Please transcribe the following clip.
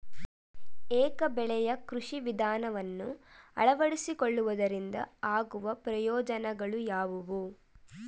ಏಕ ಬೆಳೆಯ ಕೃಷಿ ವಿಧಾನವನ್ನು ಅಳವಡಿಸಿಕೊಳ್ಳುವುದರಿಂದ ಆಗುವ ಪ್ರಯೋಜನಗಳು ಯಾವುವು?